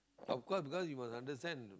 of course because you must understand